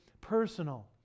personal